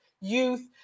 youth